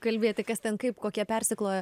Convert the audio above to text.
kalbėti kas ten kaip kokie persikloja